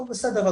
טוב בסדר,